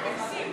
אל תגזים,